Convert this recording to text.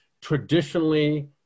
traditionally